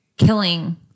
Killing